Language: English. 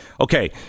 Okay